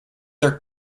their